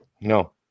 No